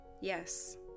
Yes